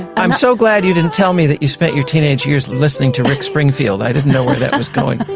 i'm so glad you didn't tell me that you spent your teenage years listening to rick springfield, i didn't know where that was going.